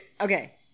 Okay